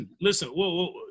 listen